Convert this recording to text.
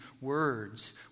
words